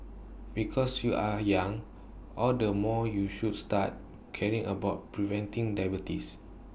because you are young all the more you should start caring about preventing diabetes